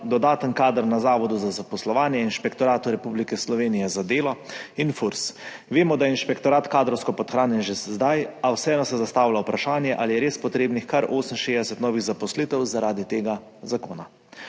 dodaten kader na Zavodu za zaposlovanje, Inšpektoratu Republike Slovenije za delo in Fursu. Vemo, da je inšpektorat že zdaj kadrovsko podhranjen, a vseeno se zastavlja vprašanje, ali je res potrebnih kar 68 novih zaposlitev zaradi tega zakona.